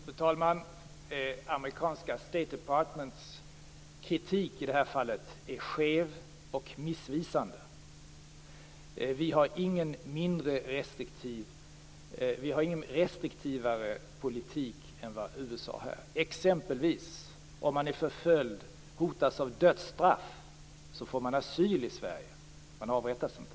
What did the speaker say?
Fru talman! Amerikanska state departments kritik i det här fallet är skev och missvisande. Vi har ingen restriktivare politik än USA. Om man exempelvis är förföljd eller hotas av dödsstraff får man asyl i Sverige. Man avrättas inte.